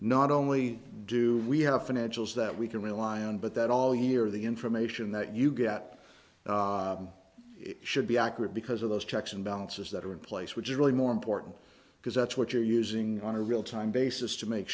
not only do we have financials that we can rely on but that all year the information that you get should be accurate because of those checks and balances that are in place which is really more important because that's what you're using on a real time basis to make